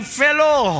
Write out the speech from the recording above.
fellow